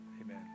amen